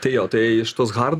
tai jo tai iš tos hard